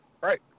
Right